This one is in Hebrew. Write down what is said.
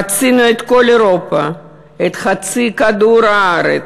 חצינו את כל אירופה, את חצי כדור-הארץ,